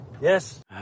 Yes